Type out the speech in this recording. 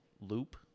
loop